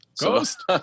Ghost